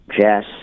Jess